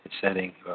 Setting